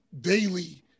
daily